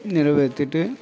நிறைவேற்றிட்டு